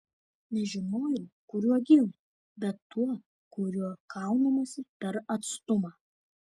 nežinojau kuriuo ginklu bet tuo kuriuo kaunamasi per atstumą